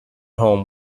home